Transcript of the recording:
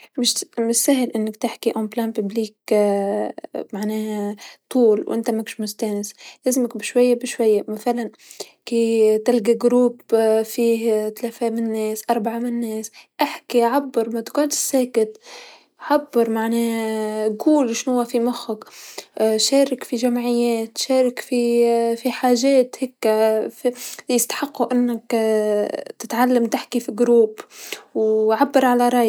أول شيء إنك ترتب أفكارك ترتيب سليم، جهز المقدمة والخاتمة تبعك ،تجهز المحتوى اللي راح تحكي فيه، أبد أبد ما تلتفت لأي مؤثرات خارجية، إنه خلاص أنا راح أنطلق الحين وحاكي العالم إنتهت ما في أي شيء راح يشتت انتباهي ابدا.